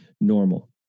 normal